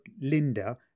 Linda